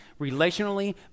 relationally